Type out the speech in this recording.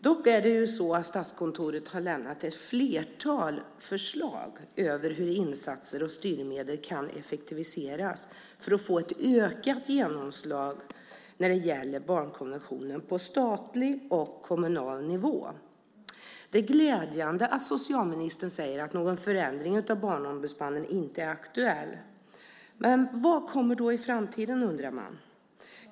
Dock är det så att Statskontoret har lämnat ett flertal förslag över hur insatser och styrmedel kan effektiviseras för att få ett ökat genomslag när det gäller barnkonventionen på statlig och kommunal nivå. Det är glädjande att socialministern säger att någon förändring av Barnombudsmannen inte är aktuell. Vad kommer då i framtiden? undrar man.